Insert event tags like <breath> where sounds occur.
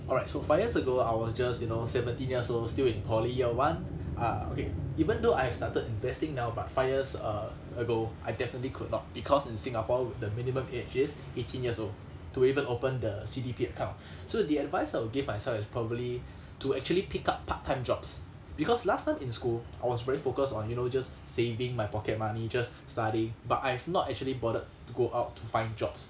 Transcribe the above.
alright so five years ago I was just you know seventeen years old still in poly year one err okay even though I've started investing now about five years err ago I definitely could not because in singapore with the minimum age is eighteen years old to even open the C_D_P account <breath> so the advice I will give myself is probably <breath> to actually pick up part time jobs because last time in school I was very focused on you know just saving my pocket money just <breath> study but I've not actually bothered to go out to find jobs